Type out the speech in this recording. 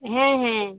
হ্যাঁ হ্যাঁ